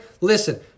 Listen